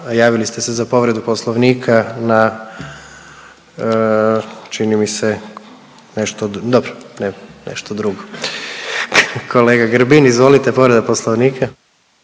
javili ste se za povredu Poslovnika na čini mi se nešto, dobro, nebitno, nešto drugo. Kolega Grbin, izvolite, povreda Poslovnika.